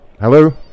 Hello